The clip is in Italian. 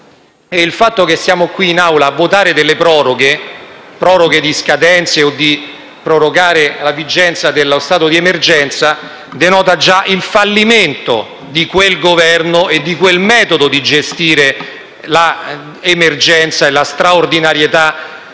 Il fatto che siamo qui, in Aula, a votare delle proroghe di scadenze, o a prorogare la vigenza dello stato di emergenza, denota già il fallimento di quel Governo e del metodo di gestione dell'emergenza e della straordinarietà